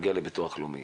מגיע לביטוח הלאומי